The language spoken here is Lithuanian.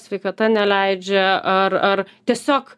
sveikata neleidžia ar ar tiesiog